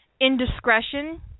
indiscretion